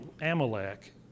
Amalek